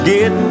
Get